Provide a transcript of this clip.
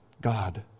God